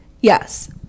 Yes